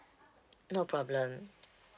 no problem